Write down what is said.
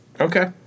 okay